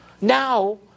Now